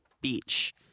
Beach